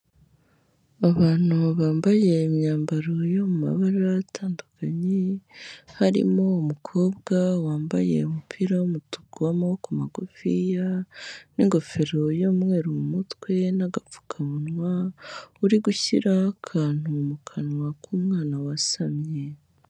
Abantu bambaye imyambaro yo mu mabara atandukanye, harimo umukobwa wambaye umupira w'umutuku w'amaboko magufiya n'ingofero y'umweru mu umutwe n'agapfukamunwa uri gushyira akantu mu kanwa k'umwana wasamye.